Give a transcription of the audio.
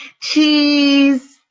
Cheese